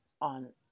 on